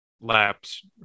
laps